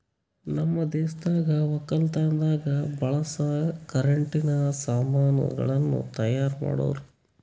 ನಮ್ ದೇಶದಾಗ್ ವಕ್ಕಲತನದಾಗ್ ಬಳಸ ಕರೆಂಟಿನ ಸಾಮಾನ್ ಗಳನ್ನ್ ತೈಯಾರ್ ಮಾಡೋರ್